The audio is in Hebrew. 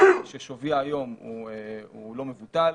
קרקע ששוויה היום הוא לא מבוטל,